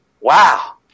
Wow